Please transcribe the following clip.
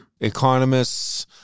economists